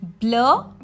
Blur